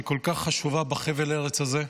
שהיא כל כך חשובה בחבל הארץ הזה.